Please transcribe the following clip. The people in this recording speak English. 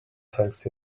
tells